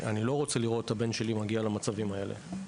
אני לא רוצה לראות את הבן שלי מגיע למצבים האלה.